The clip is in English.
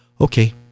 okay